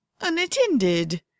unattended